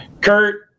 Kurt